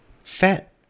Fat